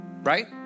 right